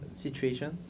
situation